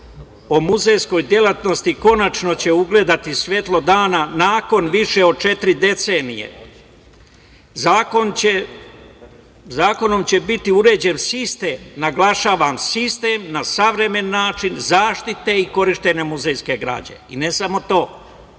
o muzejskoj delatnosti, konačno će ugledati svetlo dana, nakon više od četiri decenije. Zakonom će biti uređen sistem, naglašavam sistem, na savremen način zaštite i korišćenja muzejske građe. I ne samo to,